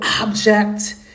object